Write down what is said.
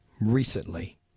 recently